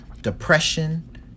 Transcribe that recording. depression